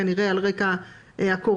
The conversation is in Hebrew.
כנראה על רקע הקורונה,